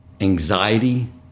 anxiety